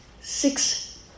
six